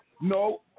No